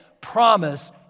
promise